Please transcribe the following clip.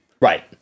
right